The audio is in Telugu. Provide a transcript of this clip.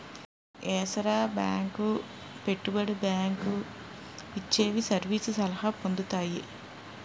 ఏసార బేంకు పెట్టుబడి బేంకు ఇవిచ్చే సర్వీసు సలహాలు పొందుతాయి